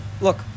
look